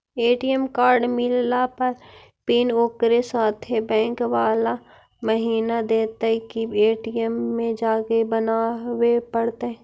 ATM card मिलला पर pin ओकरे साथे बैक बाला महिना देतै कि ए.टी.एम में जाके बना बे पड़तै?